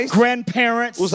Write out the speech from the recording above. grandparents